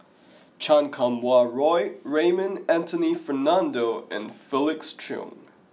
Chan Kum Wah Roy Raymond Anthony Fernando and Felix Cheong